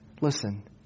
Listen